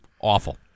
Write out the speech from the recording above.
Awful